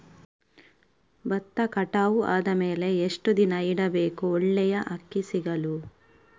ಭತ್ತ ಕಟಾವು ಆದಮೇಲೆ ಎಷ್ಟು ದಿನ ಇಡಬೇಕು ಒಳ್ಳೆಯ ಅಕ್ಕಿ ಸಿಗಲು?